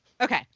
Okay